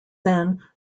then